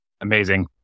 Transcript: Amazing